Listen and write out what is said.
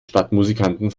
stadtmusikanten